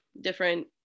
different